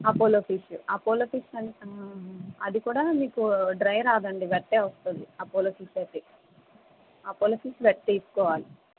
Apollo fish Apollo fish అన్ అది కూడా మీకు డ్రై రాదండి వెట్టే వస్తుంది అపోలో ఫిష్ అయితే అపోలో ఫిష్ వెట్ తీస్కోవాలి